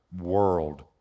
world